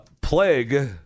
Plague